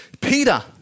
Peter